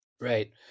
Right